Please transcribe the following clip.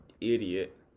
idiot